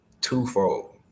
Twofold